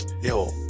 yo